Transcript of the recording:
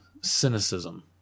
cynicism